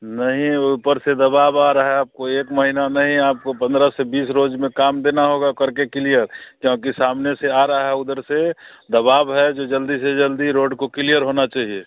नहीं ऊपर से दबाव आ रहा है आपको एक महीना नहीं आपको पंद्रह से बीस रोज़ में काम देना होगा करके किलियर क्योंकि सामने से आ रहा है उधर से दबाव है जो जल्दी से जल्दी रोड को क्लियर होना चाहिए